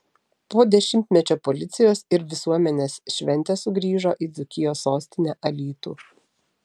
po dešimtmečio policijos ir visuomenės šventė sugrįžo į dzūkijos sostinę alytų